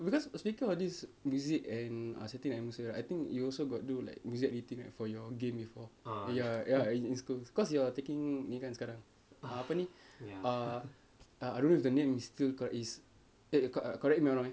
because speaking of this music and setting atmosphere right I think you also got do like music editing right for your game before ya ya in in school cause you're taking ni kan sekarang ah apa ni uh I don't know if the name is still correct is e~ co~ correct me if I'm wrong